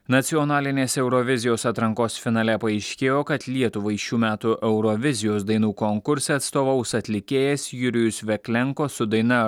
nacionalinės eurovizijos atrankos finale paaiškėjo kad lietuvai šių metų eurovizijos dainų konkurse atstovaus atlikėjas jurijus veklenko su daina